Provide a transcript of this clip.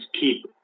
keep